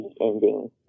ending